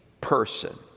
person